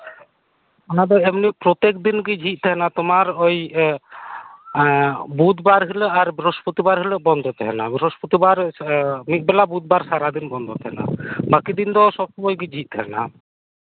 ᱚᱱᱟᱫᱚ ᱮᱢᱱᱤ ᱯᱨᱚᱛᱮᱠᱫᱤᱱ ᱜᱤ ᱡᱷᱤᱡ ᱛᱟᱦᱮᱱᱟ ᱛᱚᱢᱟᱨ ᱳᱭ ᱵᱩᱫᱷᱵᱟᱨ ᱦᱤᱞᱳᱜ ᱟᱨ ᱵᱨᱤᱦᱚᱥᱯᱚᱛᱤᱵᱟᱨ ᱦᱤᱞᱳᱜ ᱵᱚᱱᱫᱚ ᱛᱟᱦᱮᱱᱟ ᱵᱨᱤᱦᱚᱥᱯᱚᱛᱤᱵᱟᱨ ᱢᱤᱫ ᱵᱮᱞᱟ ᱵᱩᱫᱷᱵᱟᱨ ᱥᱟᱨᱟᱫᱤᱱ ᱵᱚᱱᱫᱚ ᱛᱟᱦᱮᱱᱟ ᱵᱟᱹᱠᱤ ᱫᱤᱱᱫᱚ ᱥᱚᱵᱽᱥᱳᱢᱳᱭ ᱜᱮ ᱡᱷᱤᱡ ᱛᱟᱦᱮᱱᱟ